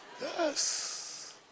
yes